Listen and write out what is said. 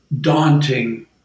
daunting